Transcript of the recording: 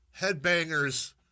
headbangers